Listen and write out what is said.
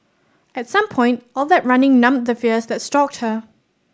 at some point all that running numbed the fears that stalked her